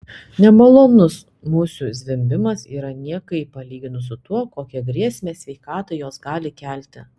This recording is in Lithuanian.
nemalonus musių zvimbimas yra niekai palyginus su tuo kokią grėsmę sveikatai jos gali kelti